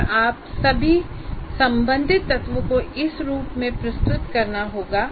और सभी संबंधित तत्वों को इस रूप में प्रस्तुत करना होगा